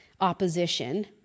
opposition